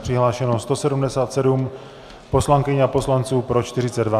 Přihlášeno 177 poslankyň a poslanců, pro 42.